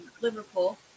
Liverpool